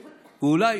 ואולי,